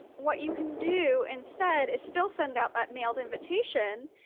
ah what you can do instead is still send out that mailed invitation